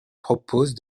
propose